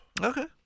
Okay